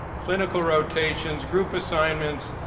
clinical rotations, group assignments,